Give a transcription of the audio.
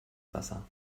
wasser